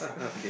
okay